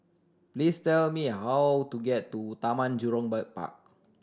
please tell me how to get to Taman Jurong Park